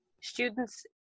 students